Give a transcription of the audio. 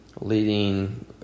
leading